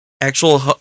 actual